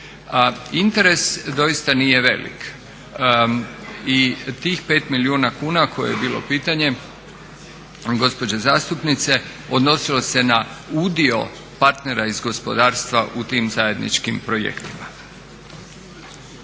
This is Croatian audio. Interes doista nije velik i tih 5 milijuna kuna koje je bilo pitanje gospođe zastupnice, odnosilo se na udio partnera iz gospodarstva u tim zajedničkim projektima.